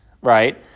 right